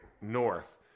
north